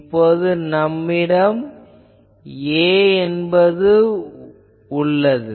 இப்போது நம்மிடம் A உள்ளது